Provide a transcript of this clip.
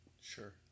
Sure